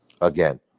Again